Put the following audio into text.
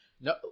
No